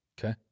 Okay